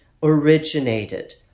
originated